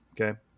Okay